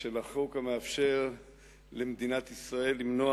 של החוק המאפשר למדינת ישראל למנוע